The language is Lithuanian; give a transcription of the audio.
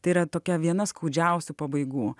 tai yra tokia viena skaudžiausių pabaigų